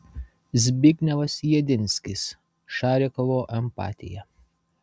zbignevas jedinskis šarikovo empatija